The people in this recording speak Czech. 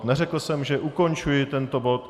Neřekl jsem, že ukončuji tento bod.